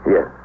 Yes